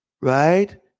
right